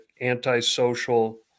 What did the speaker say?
antisocial